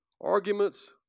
arguments